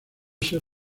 ser